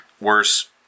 Worse